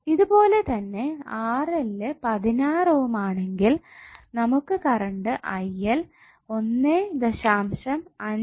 ഇത്പോലെതന്നെ 16 ohm ആണെങ്കിൽ നമുക്ക് current 1